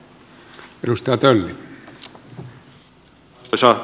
arvoisa puhemies